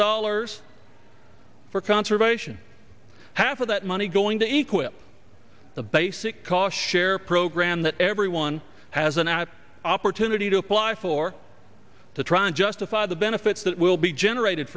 dollars for conservation half of that money going to equal the basic cost share program that everyone has an at opportunity to apply for to try and justify the benefits that will be generated